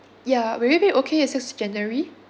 ya will you be okay with six january